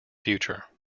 future